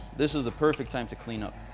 this is the perfect time to clean up.